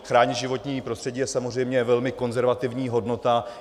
Chránit životní prostřední je samozřejmě velmi konzervativní hodnota.